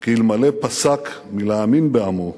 כי אלמלא פסק מלהאמין בעמו,